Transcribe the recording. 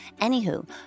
Anywho